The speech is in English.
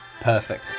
Perfect